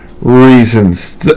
reasons